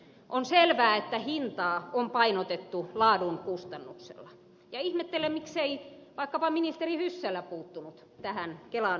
on selvää että hintaa on painotettu laadun kustannuksella ja ihmettelen miksei vaikkapa ministeri hyssälä puuttunut tähän kelan kilpailutukseen